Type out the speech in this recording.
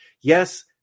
Yes